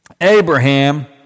Abraham